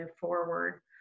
forward